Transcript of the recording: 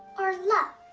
or love,